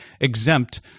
exempt